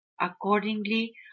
accordingly